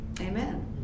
Amen